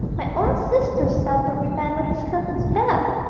my own sister's son would remember his cousin's death!